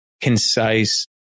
concise